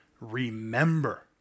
Remember